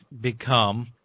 become